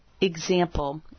Example